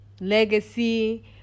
legacy